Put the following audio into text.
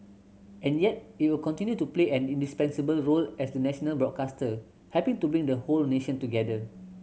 and yet it'll continue to play an indispensable role as the national broadcaster helping to bring the whole nation together